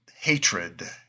hatred